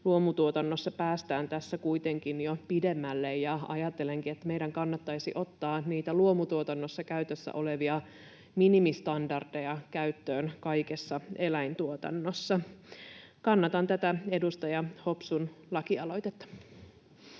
Luomutuotannossa päästään tässä kuitenkin jo pidemmälle, ja ajattelenkin, että meidän kannattaisi ottaa niitä luomutuotannossa käytössä olevia minimistandardeja käyttöön kaikessa eläintuotannossa. Kannatan tätä edustaja Hopsun lakialoitetta.